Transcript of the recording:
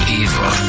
evil